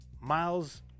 Miles